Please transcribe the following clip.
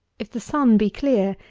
if the sun be clear,